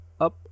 up